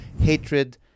hatred